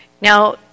Now